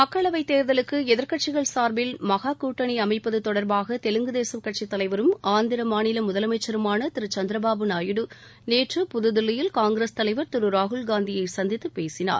மக்களவைத் தேர்தலுக்கு எதிர்க்கட்சிகள் சார்பில் மகா கூட்டணி அமைப்பது தொடர்பாக தெலுங்கு தேசக் கட்சித் தலைவரும் ஆந்திர மாநில முதலமைச்சருமான திரு சந்திரபாபு நாயுடு நேற்று புதுதில்லியில் காங்கிரஸ் தலைவர் திரு ராகுல்காந்தியை சந்தித்துப் பேசினார்